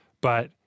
but-